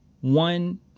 one